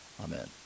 Amen